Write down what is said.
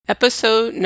Episode